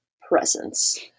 presence